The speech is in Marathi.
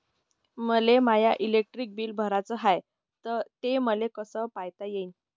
मले माय इलेक्ट्रिक बिल भराचं हाय, ते मले कस पायता येईन?